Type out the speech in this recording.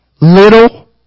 Little